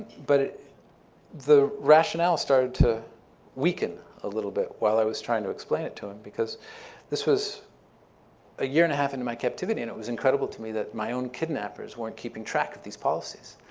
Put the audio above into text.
but the rationale started to weaken a little bit while i was trying to explain it to him because this was a year and a half into my captivity and it was incredible to me that my own kidnappers weren't keeping track of these policies.